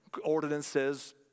ordinances